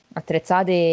attrezzate